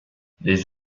les